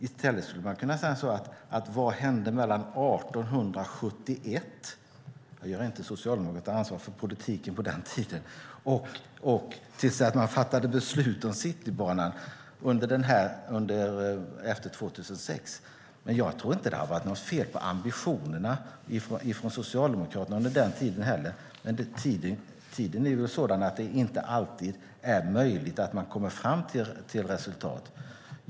I stället skulle man kunna fråga sig vad som hände mellan 1871 - jag menar inte att Socialdemokraterna ska ta ansvar för politiken på den tiden - och till dess att man fattade beslut om Citybanan efter 2006. Jag tror inte att det har varit fel på ambitionerna hos Socialdemokraterna under den tiden heller, men det är inte alltid möjligt att komma fram till resultat.